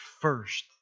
first